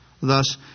Thus